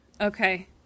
Okay